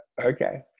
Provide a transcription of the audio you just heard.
okay